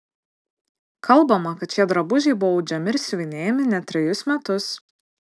kalbama kad šie drabužiai buvo audžiami ir siuvinėjami net trejus metus